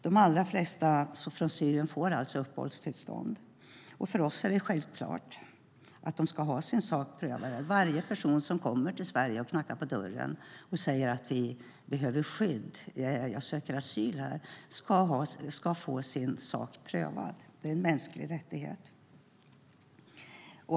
De allra flesta från Syrien får alltså uppehållstillstånd. För oss är det självklart att de ska ha sin sak prövad. Varje person som kommer till Sverige och knackar på dörren och säger att de behöver skydd och söker asyl här ska få sin sak prövad. Det är en mänsklig rättighet.